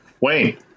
Wayne